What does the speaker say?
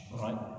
right